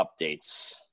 updates